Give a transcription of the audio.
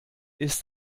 ist